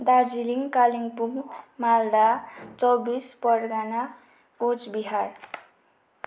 Darjeeling Kalimpong Malda Chaubis Pargana Cooch Behar